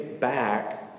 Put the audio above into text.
back